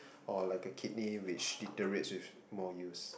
orh like a kidney which deteriorates more use